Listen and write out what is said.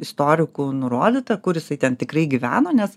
istorikų nurodyta kur jisai ten tikrai gyveno nes